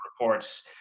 reports